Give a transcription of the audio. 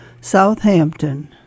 Southampton